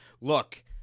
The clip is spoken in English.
Look